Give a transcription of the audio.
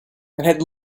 had